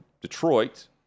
Detroit